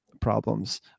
problems